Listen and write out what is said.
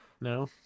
No